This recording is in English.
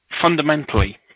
Fundamentally